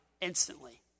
instantly